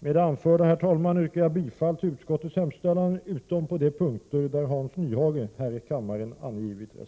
Med det anförda yrkar jag bifall till utskottets hemställan utom på de punkter där Hans Nyhage avgivit reservationer.